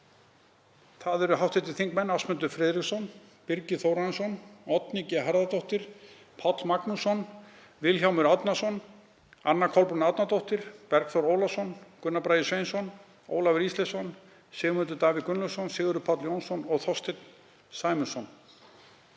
Það eru hv. þingmenn Ásmundur Friðriksson, Birgir Þórarinsson, Oddný G. Harðardóttir, Páll Magnússon, Vilhjálmur Árnason, Anna Kolbrún Árnadóttir, Bergþór Ólason, Gunnar Bragi Sveinsson, Ólafur Ísleifsson, Sigmundur Davíð Gunnlaugsson, Sigurður Páll Jónsson og Þorsteinn Sæmundsson.